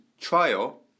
trial